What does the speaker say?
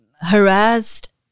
harassed